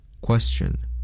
Question